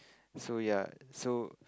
so ya so